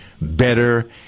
better